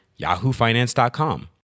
yahoofinance.com